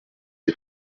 des